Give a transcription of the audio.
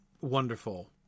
Wonderful